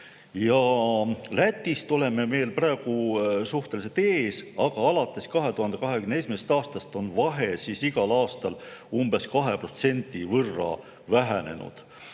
Lätist oleme veel praegu suhteliselt ees, aga alates 2021. aastast on vahe igal aastal umbes 2% võrra vähenenud.